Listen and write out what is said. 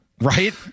Right